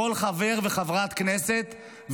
כל חבר וחברת כנסת,